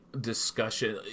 discussion